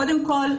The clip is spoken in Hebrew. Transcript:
קודם כל,